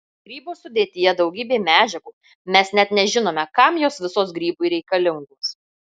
grybo sudėtyje daugybė medžiagų mes net nežinome kam jos visos grybui reikalingos